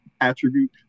attribute